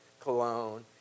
cologne